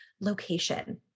location